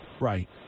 Right